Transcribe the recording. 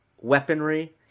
weaponry